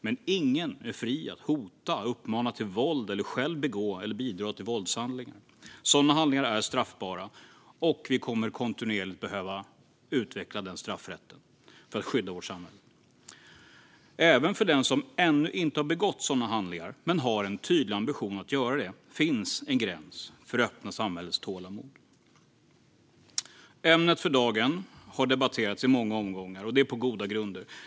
Men ingen är fri att hota, uppmana till våld eller själv begå eller bidra till våldshandlingar. Sådana handlingar är straffbara, och vi kommer kontinuerligt att behöva utveckla denna straffrätt för att skydda vårt samhälle. Även när det gäller den som ännu inte har begått sådana handlingar men har en tydlig ambition att göra det finns en gräns för det öppna samhällets tålamod. Ämnet för dagen har debatterats i många omgångar, och det på goda grunder.